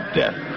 death